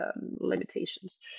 limitations